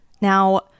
Now